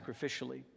sacrificially